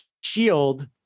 shield